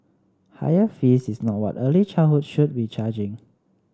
higher fees is not what early childhood should be charging